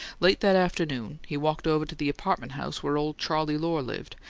late that afternoon he walked over to the apartment house where old charley lohr lived,